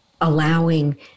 allowing